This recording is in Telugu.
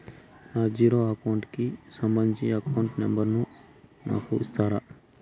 నా జీరో అకౌంట్ కి సంబంధించి అకౌంట్ నెంబర్ ను నాకు ఇస్తారా